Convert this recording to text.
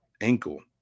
ankle